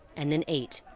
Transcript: and then ate,